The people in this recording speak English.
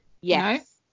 yes